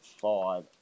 five